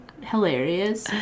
hilarious